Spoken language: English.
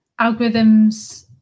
algorithms